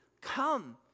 come